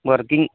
working